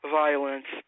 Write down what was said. violence